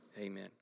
amen